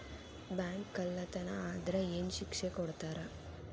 Bank ಕಳ್ಳತನಾ ಆದ್ರ ಏನ್ ಶಿಕ್ಷೆ ಕೊಡ್ತಾರ?